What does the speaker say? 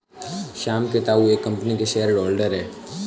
श्याम के ताऊ एक कम्पनी के शेयर होल्डर हैं